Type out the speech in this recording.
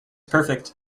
perfect